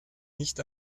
nicht